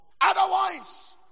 Otherwise